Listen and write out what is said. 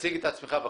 את עצמך בבקשה.